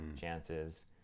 chances